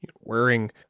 wearing